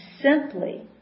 simply